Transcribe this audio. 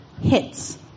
hits